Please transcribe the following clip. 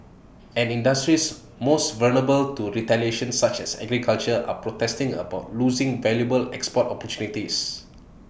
and industries most vulnerable to retaliation such as agriculture are protesting about losing valuable export opportunities